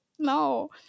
No